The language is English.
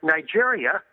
Nigeria